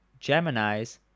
Geminis